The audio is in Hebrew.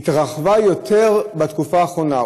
התרחבה בתקופה האחרונה,